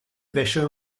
wäsche